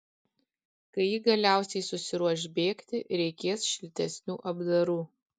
kai ji galiausiai susiruoš bėgti reikės šiltesnių apdarų